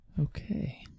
Okay